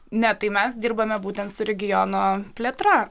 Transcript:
ne tai mes dirbame būtent su regiono plėtra